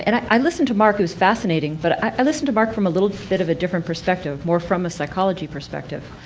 and i listen to mark who is fascinating, but i listen to mark from a little bit of a different perspective, more from a psychology perspective.